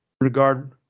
regard